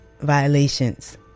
violations